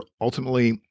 ultimately